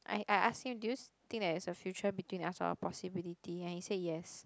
I I ask him do you think there's a future between us or a possibility and he said yes